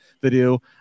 video